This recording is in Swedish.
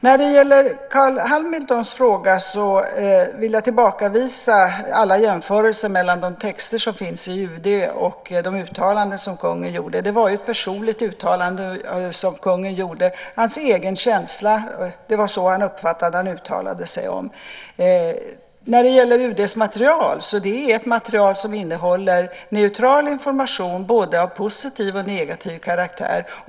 Vad gäller Carl B Hamiltons fråga vill jag tillbakavisa alla jämförelser mellan de texter som finns i UD och de uttalanden som kungen gjorde. Det var ett personligt uttalande och hans egen känsla. Det var så han uppfattade det som han uttalade sig om. UD:s material innehåller neutral information både av positiv och negativ karaktär.